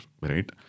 right